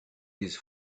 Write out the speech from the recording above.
his